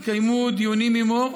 התקיימו דיונים עימו,